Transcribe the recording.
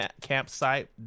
campsite